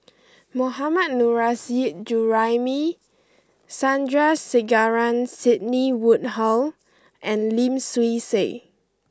Mohammad Nurrasyid Juraimi Sandrasegaran Sidney Woodhull and Lim Swee Say